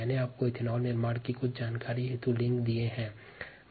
पिछले व्याख्यान में एथेनॉल निर्माण के विषय में अधिक जानकारी हेतु लिंक उपलब्ध कराया गया था